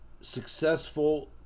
successful